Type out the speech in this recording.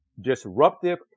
Disruptive